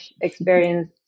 experience